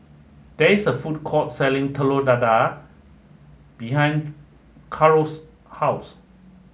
there is a food court selling Telur Dadah behind Caro's house